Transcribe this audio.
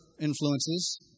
influences